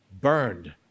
burned